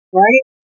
right